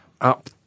up